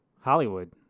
Hollywood